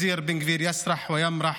השר בן גביר עושה מה שהוא רוצה,